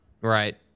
right